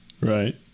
Right